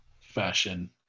fashion